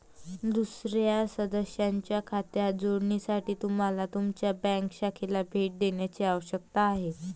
दुसर्या सदस्याच्या खात्यात जोडण्यासाठी तुम्हाला तुमच्या बँक शाखेला भेट देण्याची आवश्यकता आहे